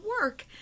work